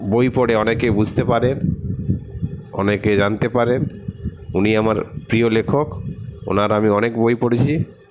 বই পড়ে অনেকে বুঝতে পারেন অনেকে জানতে পারেন উনি আমার প্রিয় লেখক ওঁর আমি অনেক বই পড়েছি